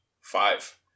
five